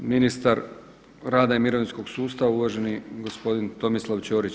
Ministar rada i mirovinskog sustava uvaženi gospodin Tomislav Ćorić.